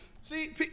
See